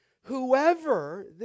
Whoever